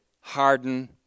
harden